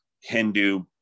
Hindu